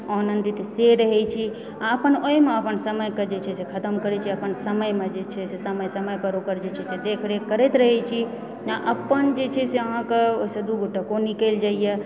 आनन्दित से रहए छी आ अपन एहिमे अपन समयके जे छै से खतम करए छी अपन समयमे जे छै समय समय पर ओकर जे छै देख रेख करैत रहए छी अपन जे छै से अहाँके ओहिसँ दू गो टको निकलि जाइए